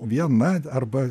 viena arba